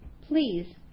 Please